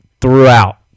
Throughout